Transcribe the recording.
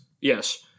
Yes